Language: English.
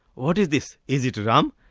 what is this, is it rum?